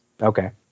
Okay